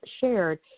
shared